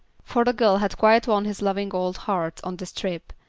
for the girl had quite won his loving old heart on this trip,